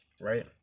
right